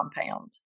compound